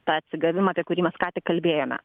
tą atsigavimą apie kurį mes ką tik kalbėjome